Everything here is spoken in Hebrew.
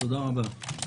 תודה רבה.